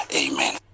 amen